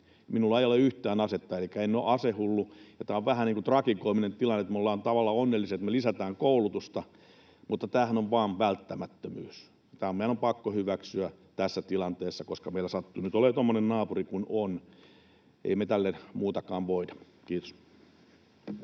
Minulla ei ole yhtään asetta, elikkä en ole asehullu. Tämä on vähän niin kuin tragikoominen tilanne, että me ollaan tavallaan onnellisia, että me lisätään koulutusta, mutta tämähän on vain välttämättömyys. Tämä meidän on pakko hyväksyä tässä tilanteessa, koska meillä sattuu nyt olemaan tuommoinen naapuri kuin on, ei me tälle muutakaan voida. — Kiitos.